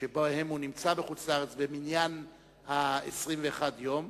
שבהם הוא נמצא בחוץ-לארץ במניין 21 הימים,